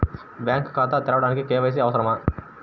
Bank ఖాతా తెరవడానికి KYC అవసరమా?